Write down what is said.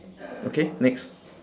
okay next